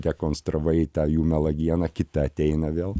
dekonstravai tą jų melagieną kita ateina vėl